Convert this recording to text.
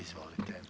Izvolite.